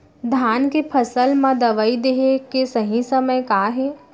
धान के फसल मा दवई देहे के सही समय का हे?